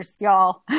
y'all